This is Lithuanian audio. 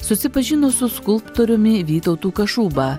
susipažinus su skulptoriumi vytautu kašuba